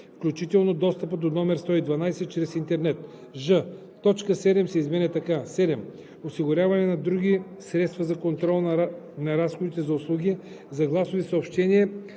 включително достъпа до номер 112 през интернет“; ж) точка 7 се изменя така: „7. осигуряване на други средства за контрол на разходите за услуги за гласови съобщения